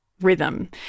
rhythm